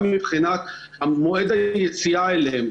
גם מבחינת מועד היציאה אליהם,